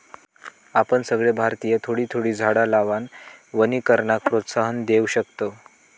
आपण सगळे भारतीय थोडी थोडी झाडा लावान वनीकरणाक प्रोत्साहन देव शकतव